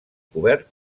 cobert